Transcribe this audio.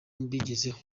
mbigezeho